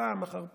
פעם אחר פעם,